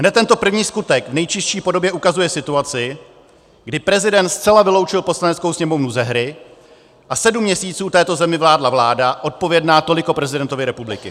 Hned tento první skutek v nejčistší podobě ukazuje situaci, kdy prezident zcela vyloučil Poslaneckou sněmovnu ze hry a sedm měsíců této zemi vládla vláda odpovědná toliko prezidentovi republiky.